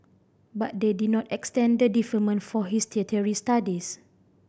but they did not extend the deferment for his tertiary studies